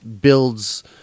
Builds